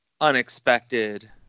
unexpected